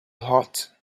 hot